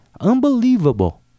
unbelievable